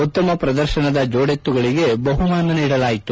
ಉತ್ತಮ ಪ್ರದರ್ಶನದ ಜೋಡೆತ್ತುಗಳಿಗೆ ಬಹುಮಾನ ನೀಡಲಾಯಿತು